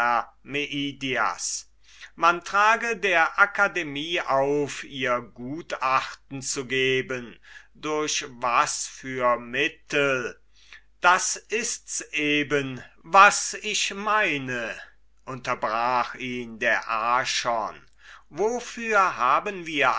man trage der akademie auf ihr gutachten zu geben durch was für mittel das ists eben was ich meine unterbrach ihn der archon wofür haben wir